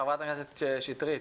בבקשה, חברת הכנסת שטרית.